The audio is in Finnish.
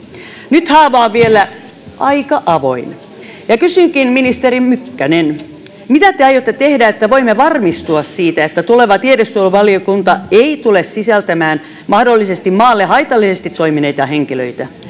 nyt haava on vielä aika avoin kysynkin ministeri mykkänen mitä te aiotte tehdä että voimme varmistua siitä että tuleva tiedusteluvaliokunta ei tule sisältämään mahdollisesti maalle haitallisesti toimineita henkilöitä